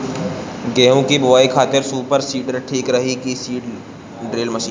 गेहूँ की बोआई खातिर सुपर सीडर ठीक रही की सीड ड्रिल मशीन?